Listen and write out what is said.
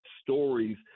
stories